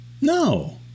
no